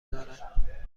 دارد